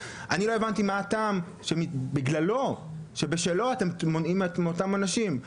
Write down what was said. אני לא הבנתי מה הטעם שבשלו אתם מונעים מאותם אנשים?